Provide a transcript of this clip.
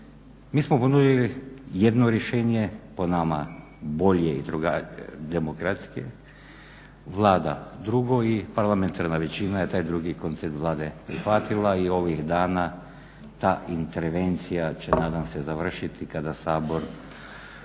Mi smo ponudili jedno rješenje, po nama bolje i demokratskije, Vlada drugo i parlamentarna većina je taj drugi koncept Vlade prihvatila i ovih dana ta intervencija će nadam se završiti kada Sabora